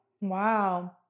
Wow